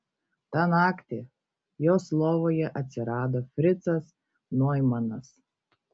tą naktį jos lovoje atsirado fricas noimanas